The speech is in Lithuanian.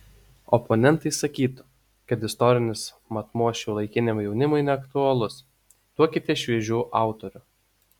oponentai sakytų kad istorinis matmuo šiuolaikiniam jaunimui neaktualus duokite šviežių autorių